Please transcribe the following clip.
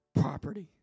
property